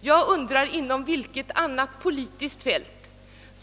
Jag undrar inom vilket annat politiskt fält